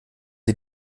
sie